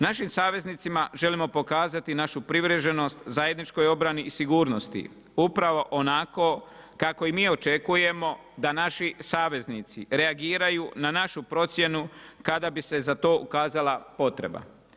Našim saveznicima želimo pokazati našu privrženost zajedničkoj obrani i sigurnosti, upravo onako kako i mi očekujemo da naši saveznici reagiraju na našu procjenu kada bi se za to ukazala potreba.